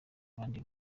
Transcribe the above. abandi